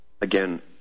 again